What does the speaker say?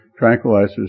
tranquilizers